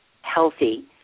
healthy